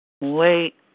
Wait